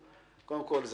קודם כול,